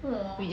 !wah!